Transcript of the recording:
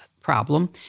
problem